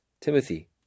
Timothy